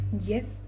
yes